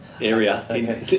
area